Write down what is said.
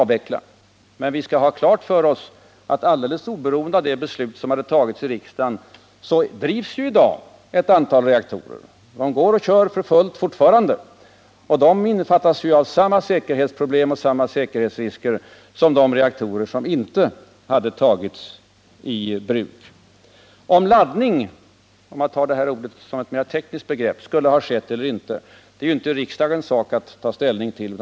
Vi skall emellertid ha klart för oss att alldeles oberoende av det beslut som fattas i riksdagen drivs i dag ett antal reaktorer. De kör fortfarande för fullt. De är ändå förknippade med samma säkerhetsproblem och samma säkerhetsrisker som de reaktorer som inte har tagits i bruk. Om laddning — jag tar detta ord såsom ett mer tekniskt begrepp — skall ske är det inte riksdagens sak att ta ställning till.